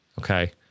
Okay